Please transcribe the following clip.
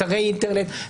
אתרי אינטרנט,